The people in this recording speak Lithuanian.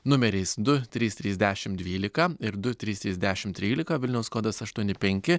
numeriais du trys trys dešimt dvylika ir du trys trys dešimt trylika vilniaus kodas aštuoni penki